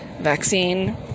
vaccine